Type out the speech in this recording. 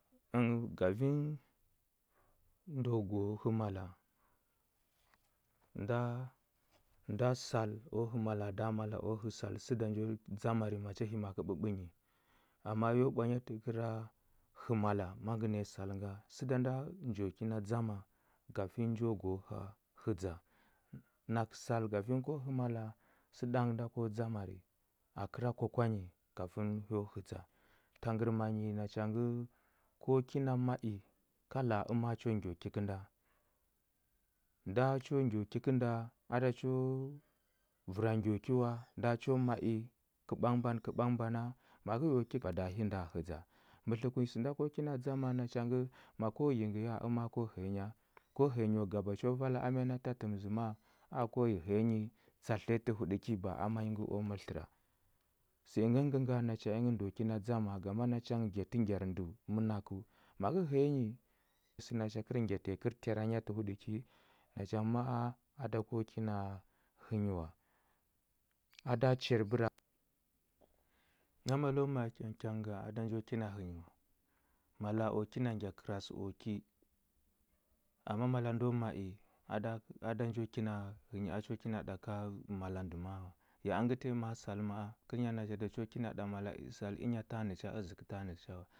Ənghə gavin ndə o go hə mala, nda nda sal o hə mala nda mala o hə sal, sənda njo dzamari macha hima kə ɓəɓə nyi. Amma yo ɓwanya təkəra hə mala ma ngə naya sal nga. Səda nda na njo kina dzama gavin njo go həa hədza. Nakə sal gaving go hə mala sə ɗang nda ko dzamari, akəra kwa wa nyi kafin hyo həɗza. Tangərmanyi nacha ngə, ko kina ma i ka la a ama cho ngyo ki kənda? Nda cho ngyo ki kənda a da choo vəra ngyo ki wa, nda cho ma i kəɓang ban kəɓang bana, ma kə yo ki bada hi nda hədza. Mətləkunyi sənda ko kina dzama ma ko yi ngə ya, ama ko yi həya nya? Ko həya nyo gaba cho vala ama nyi na ta təm zəma, aa ko həya yi tsatlə tanyi tə huɗəki ba a ama nyi ngə o mər tləra? Sə ingə ngəngə nga, nacha ingə ndəu kina dzama, gama nacha ngə ngyatə ngyar ndəu mənakəu. Ma kə həya nyi, sə nacha kər ngyata nyi kəl tera nya tə huɗəki, nacha ngə ma a a da ko kina hə nyi wa. A da chari bəra ma malo ma i kyang kyang nga, a da njo kina hə nyi wa. Mala o kina ngya kərasə o ki, amma mala ndo ma i, a da k a da njo kina hə nyi a cho kina ɗa ka mala ndə maa wa. Ya əngə tanyi maa sal ma a, kərnya naja a da cho kina ɗa mala sal ənya tanə cha əzəkə tanə cha wa.